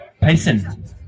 payson